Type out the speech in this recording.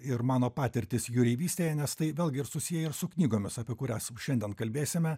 ir mano patirtis jūreivystėje nes tai vėlgi ir susiję ir su knygomis apie kurias šiandien kalbėsime